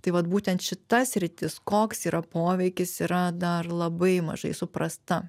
tai vat būtent šita sritis koks yra poveikis yra dar labai mažai suprasta